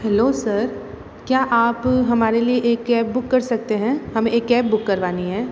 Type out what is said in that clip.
hello sir क्या आप हमारे लिए एक कैब बुक कर सकते हैं हमे एक कैब बुक करवानी हैं